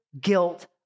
guilt